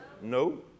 No